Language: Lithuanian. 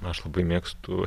aš labai mėgstu